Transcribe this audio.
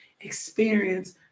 experience